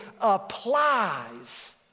applies